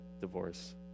divorce